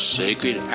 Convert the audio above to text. sacred